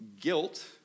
guilt